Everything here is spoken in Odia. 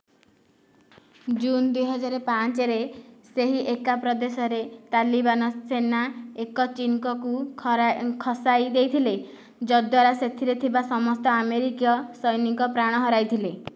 ଜୁନ୍ ଦୁଇହଜାର ପାଞ୍ଚରେ ସେହି ଏକା ପ୍ରଦେଶରେ ତାଲିବାନ ସେନା ଏକ ଚିନୁକ୍କୁ ଖରାଇ ଖସାଇ ଦେଇଥିଲେ ଯଦ୍ୱାରା ସେଥିରେ ଥିବା ସମସ୍ତ ଆମେରିକୀୟ ସୈନିକ ପ୍ରାଣ ହରାଇଥିଲେ